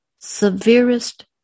severest